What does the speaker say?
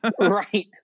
Right